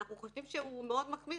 ואנחנו חושבים שהוא מאוד מחמיר,